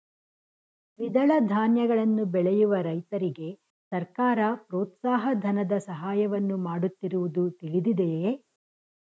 ದ್ವಿದಳ ಧಾನ್ಯಗಳನ್ನು ಬೆಳೆಯುವ ರೈತರಿಗೆ ಸರ್ಕಾರ ಪ್ರೋತ್ಸಾಹ ಧನದ ಸಹಾಯವನ್ನು ಮಾಡುತ್ತಿರುವುದು ತಿಳಿದಿದೆಯೇ?